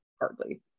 hardly